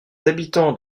habitants